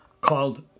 called